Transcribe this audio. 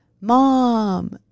Mom